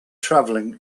travelling